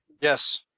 Yes